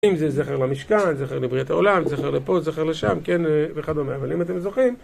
אם זה זכר למשכן, זכר לבריאת העולם, זכר לפה, זכר לשם, כן וכדומה, אבל אם אתם זוכרים